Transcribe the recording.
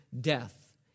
death